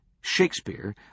Shakespeare